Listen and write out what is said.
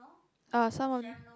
uh someone